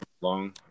Long